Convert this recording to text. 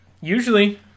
Usually